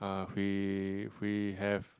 uh we we have